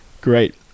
Great